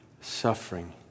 suffering